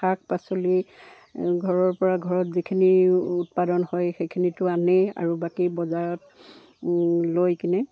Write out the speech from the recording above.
শাক পাচলি ঘৰৰ পৰা ঘৰত যিখিনি উৎপাদন হয় সেইখিনিতো আনে আৰু বাকী বজাৰত লৈ কিনে